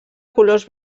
colors